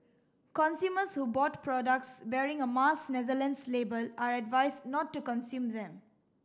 consumers who bought products bearing a Mars Netherlands label are advised not to consume them